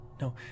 No